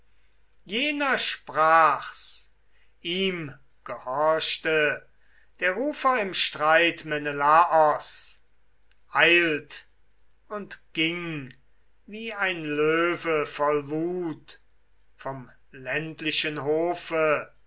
jener sprach's ihm gehorchte der rufer im streit menelaos eilt und ging wie ein löwe voll wut vorn ländlichen hofe